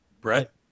Brett